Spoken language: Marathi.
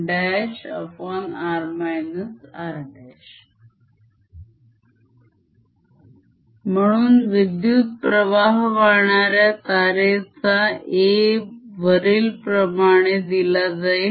adl।r r।0I4πdl।r r। म्हणून विद्युत प्रवाह वाहणाऱ्या तारेचा A वरील प्रमाणे दिला जाईल